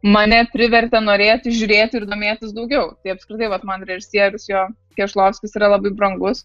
mane privertė norėti žiūrėti ir domėtis daugiau tai apskritai vat man režisierius jo kešlovskis yra labai brangus